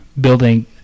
building